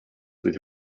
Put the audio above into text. with